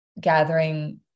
gathering